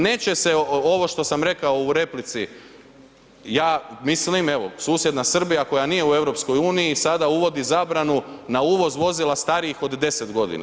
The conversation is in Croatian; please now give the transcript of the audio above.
Neće se, ovo što sam rekao u replici, ja mislim, evo susjedna Srbija koja nije u EU sada uvodi zabranu na uvoz vozila starijih od 10 godina.